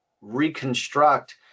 reconstruct